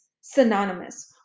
synonymous